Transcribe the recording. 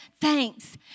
thanks